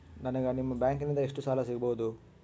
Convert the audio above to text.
ನನಗ ನಿಮ್ಮ ಬ್ಯಾಂಕಿನಿಂದ ಎಷ್ಟು ಸಾಲ ಸಿಗಬಹುದು?